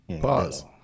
Pause